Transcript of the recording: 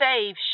save